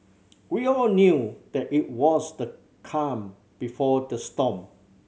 we all knew that it was the calm before the storm